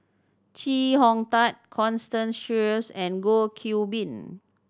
Chee Hong Tat Constance Sheares and Goh Qiu Bin